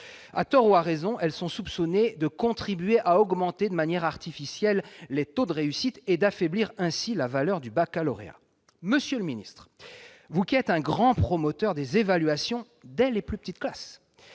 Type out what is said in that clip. À tort ou à raison, elles sont soupçonnées de contribuer à augmenter de manière artificielle les taux de réussite et d'affaiblir ainsi la valeur du baccalauréat. » Monsieur le ministre, vous qui êtes un grand promoteur des évaluations dès les plus petites classes,